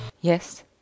Yes